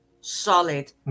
solid